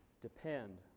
depend